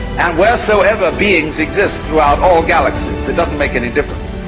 and wheresoever beings exist throughout all galaxies, it doesn't make any difference.